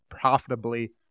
profitably